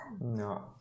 No